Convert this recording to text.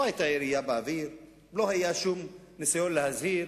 לא היתה ירייה באוויר, לא היה שום ניסיון להזהיר,